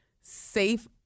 safe